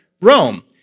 Rome